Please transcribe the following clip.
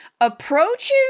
approaches